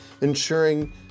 ensuring